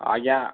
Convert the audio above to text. ଆଜ୍ଞା